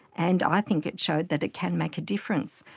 and i think it showed that it can make a difference.